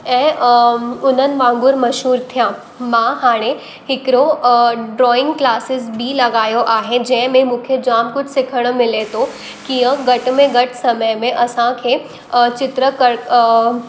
ऐं उननि वांगुर मशहूर थियां मां हाणे हिकिड़ो ड्रॉइंग क्लासिस बि लॻायो आहे जंहिंमें मूंखे जाम कुझु सिखण मिले थो कीअं घटि में घटि समय में असांखे चित्र क